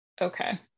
Okay